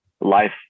life